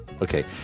Okay